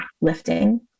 lifting